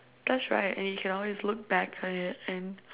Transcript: because right and you can always look back on it and